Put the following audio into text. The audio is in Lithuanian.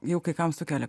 jau kai kam sukelia